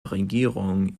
regierung